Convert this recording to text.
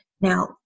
Now